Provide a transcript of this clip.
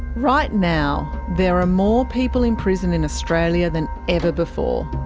right now, there are more people in prison in australia than ever before.